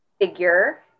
figure